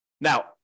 Now